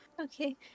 Okay